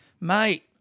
Mate